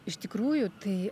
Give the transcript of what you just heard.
iš tikrųjų tai